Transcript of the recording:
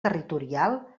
territorial